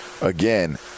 again